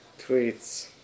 tweets